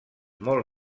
molt